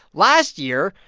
last year,